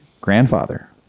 grandfather